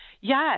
Yes